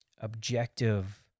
objective